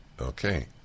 okay